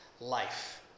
life